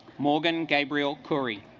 morgan gabriel curry